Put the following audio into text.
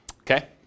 Okay